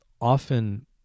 often